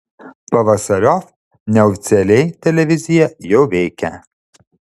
pavasariop neoficialiai televizija jau veikia